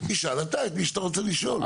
תשאל אתה את מי שאתה רוצה לשאול.